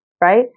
right